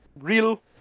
real